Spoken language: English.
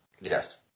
Yes